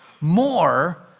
more